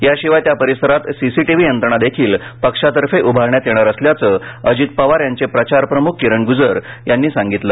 याशिवाय त्या परिसरात सीसी टीव्ही यंत्रणा देखील पक्षातर्फे उभारण्यात येणार असल्याचं अजित पवार यांचे प्रचार प्रमुख किरण गुजर यांनी सांगितलं